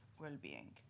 well-being